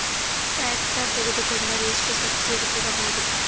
Tractor ತೊಕೊಂಡರೆ ಎಷ್ಟು subsidy ಸಿಗಬಹುದು?